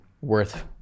worth